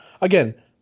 again